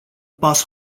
pas